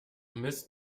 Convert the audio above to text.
mist